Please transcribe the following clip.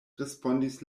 respondis